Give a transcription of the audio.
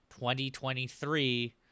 2023